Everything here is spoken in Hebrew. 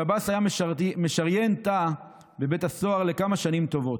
שב"ס היה משריין תא בבית הסוהר לכמה שנים טובות.